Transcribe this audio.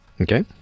Okay